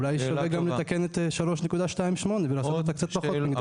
אולי יהיה שווה גם לתקן את 3.28 ולעשות אותה קצת פחות מגדרית.